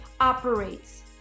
operates